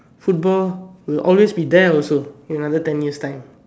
football will always be there also in another ten years time